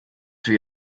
wir